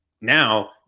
Now